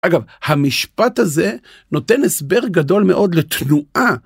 אגב, המשפט הזה נותן הסבר גדול מאוד לתנועה.